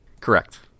Correct